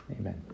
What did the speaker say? amen